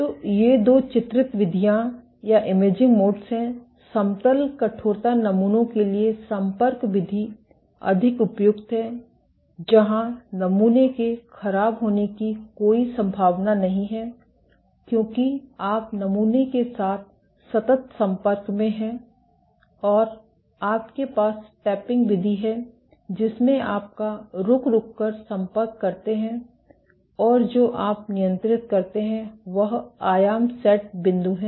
तो ये दो चित्रित विधियाँ हैं समतल कठोर नमूनों के लिए संपर्क विधि अधिक उपयुक्त है जहाँ नमूने के खराब होने की कोई संभावना नहीं है क्योंकि आप नमूने के साथ सतत संपर्क में हैं और आपके पास टैपिंग विधि है जिसमें आपका रुक रुक कर संपर्क करते है और जो आप नियंत्रित करते हैं वह आयाम सेट बिंदु है